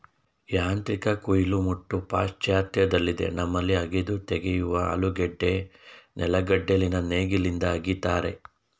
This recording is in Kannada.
ಯಾಂತ್ರಿಕ ಕುಯಿಲು ಮುಟ್ಟು ಪಾಶ್ಚಾತ್ಯದಲ್ಲಿದೆ ನಮ್ಮಲ್ಲಿ ಅಗೆದು ತೆಗೆಯುವ ಆಲೂಗೆಡ್ಡೆ ನೆಲೆಗಡಲೆನ ನೇಗಿಲಿಂದ ಅಗಿತಾರೆ